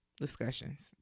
discussions